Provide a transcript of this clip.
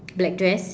black dress